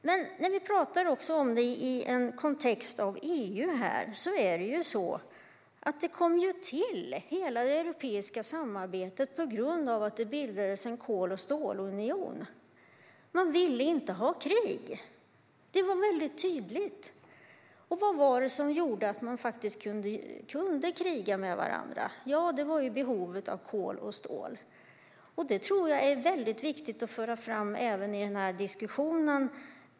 Om vi ska tala om det i en EU-kontext kom hela det europeiska samarbetet till eftersom det bildades en kol och stålunion. Man ville inte ha krig. Det var tydligt. Och vad var det som gjorde att man kunde kriga med varandra? Jo, det var behovet av kol och stål. Jag tror att det är viktigt att föra fram det, även i den här diskussionen.